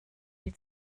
die